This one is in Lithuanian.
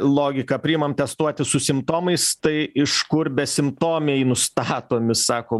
logika priimam testuoti su simptomais tai iš kur besimptomiai nustatomi sako